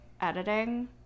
editing